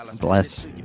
Bless